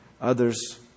Others